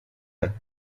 porque